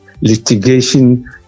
litigation